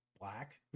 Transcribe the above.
Black